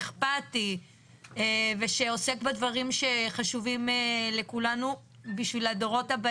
אכפתי שעוסק בדברים שחשובים לכולנו עבור הדורות,